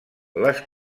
les